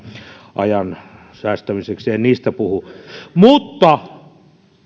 ajan säästämiseksi en niistä puhu mutta